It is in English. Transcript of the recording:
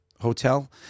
Hotel